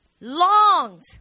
longs